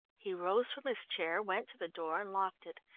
he rose from his chair, went to the door, and locked it.